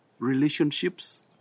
Relationships